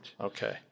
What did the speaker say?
Okay